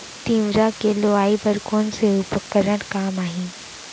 तिंवरा के लुआई बर कोन से उपकरण काम आही?